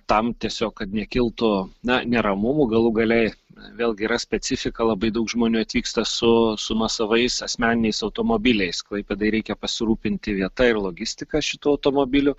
tam tiesiog kad nekiltų na neramumų galų gale vėlgi yra specifika labai daug žmonių atvyksta su su nuosavais asmeniniais automobiliais klaipėdai reikia pasirūpinti vieta ir logistika šitų automobilių